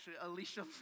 Alicia